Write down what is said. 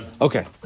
Okay